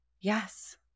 yes